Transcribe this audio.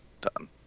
done